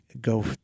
Go